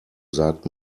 sagt